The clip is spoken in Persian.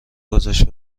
گذاشت